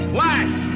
Flash